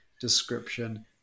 description